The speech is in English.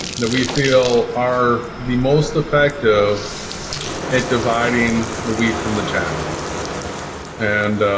that we feel are the most effective at dividing the wheat from the chaff and